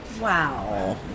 Wow